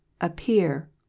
Appear